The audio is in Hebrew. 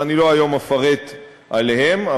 ואני לא אפרט עליהן היום,